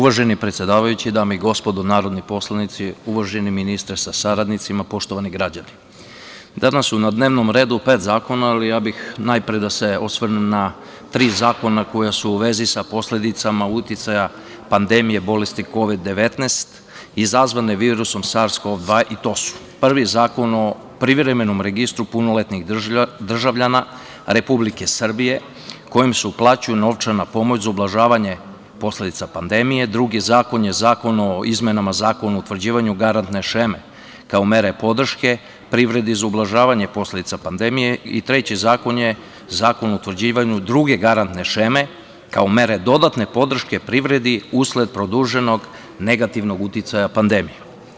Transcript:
Uvaženi predsedavajući, dame i gospodo narodni poslanici, uvaženi ministre sa saradnicima, poštovani građani, danas su na dnevnom redu pet zakona, ali ja bih najpre da se osvrnem na tri zakona koja su u vezi sa posledicama uticaja pandemije bolesti Kovid-19 izazvane virusom SARS-Kov2 i to su, prvi Zakon o privremenom registru punoletnih državljana Republike Srbije kojim se uplaćuje novčana pomoć za ublažavanje posledica pandemije, drugi zakon je Zakon o izmenama Zakona o utvrđivanju garantne šeme kao mere podrške privredi za ublažavanje posledice pandemije i treći zakon je Zakon o utvrđivanju druge garantne šeme kao mere dodatne podrške privredi usled produženog negativnog uticaja pandemije.